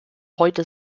heute